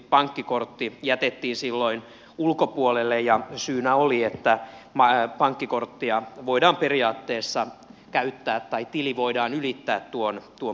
pankkikortti jätettiin silloin ulkopuolelle ja syynä oli että pankkikorttia voidaan periaatteessa käyttää niin että tili voidaan ylittää tuon pankkikortin kautta